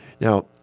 Now